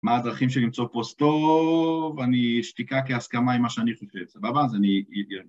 מה הדרכים של למצוא פוסט טוב? אני... שתיקה כהסכמה עם מה שאני חושב. סבבה. אז אני...